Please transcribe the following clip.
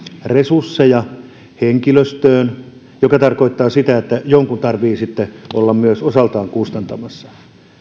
resursseja henkilöstöön mikä tarkoittaa sitä että jonkun tarvitsee sitten olla myös osaltaan kustantamassa